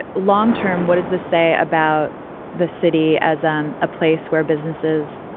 long term, what is the say about the city as um a place where businesses,